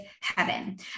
heaven